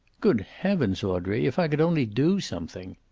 good heavens, audrey! if i could only do something.